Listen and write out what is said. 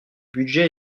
budget